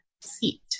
seat